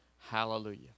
Hallelujah